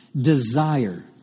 Desire